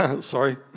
Sorry